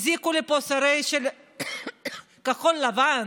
הזעיקו לפה את השרים של כחול לבן,